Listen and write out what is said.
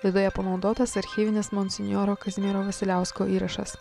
laidoje panaudotas archyvinis monsinjoro kazimiero vasiliausko įrašas